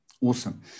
Awesome